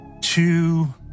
two